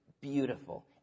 beautiful